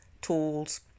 tools